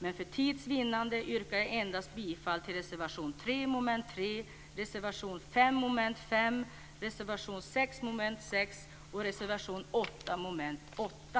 Men för tids vinnande yrkar jag bifall endast till reservation 3 under mom. 3, reservation 5 under mom. 5, reservation 6 under mom. 6 och reservation 8 under mom. 8.